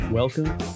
Welcome